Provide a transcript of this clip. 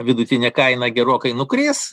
vidutinė kaina gerokai nukris